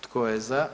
Tko je za?